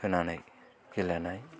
होनानै गेलेनाय